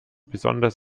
besonders